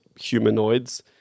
humanoids